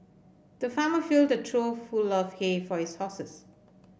the farmer filled a trough full of hay for his horses